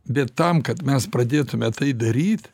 bet tam kad mes pradėtume tai daryt